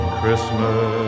Christmas